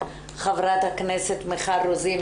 ח"כ מיכל רוזין,